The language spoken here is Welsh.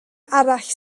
arall